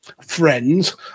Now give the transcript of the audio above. friends